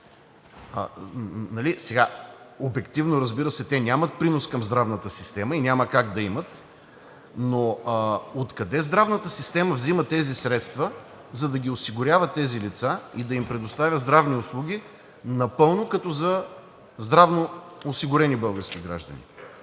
Обективно, разбира се, те нямат принос към здравната система и няма как да имат. Но откъде здравната система взема тези средства, за да осигурява тези лица и да им предоставя здравни услуги напълно като за здравноосигурени български граждани?